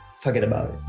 forget about it.